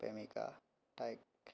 প্ৰেমিকা তাইক